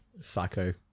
psycho